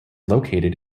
located